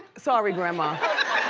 sorry, grandma.